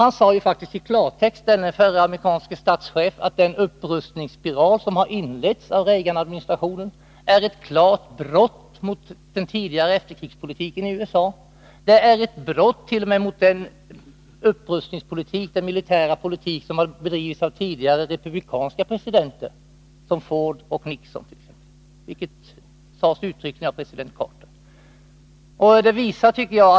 Han sade faktiskt i klartext — denne förre amerikanske statschef — att den upprustningsspiral som har inletts av Reaganadministrationen är ett klart brott mot den tidigare efterkrigspolitiken i USA. Den är t.o.m. ett brott mot den militära politik som har bedrivits av tidigare republikanska presidenter som Ford och Nixon, vilket alltså president Carter uttryckligen sade.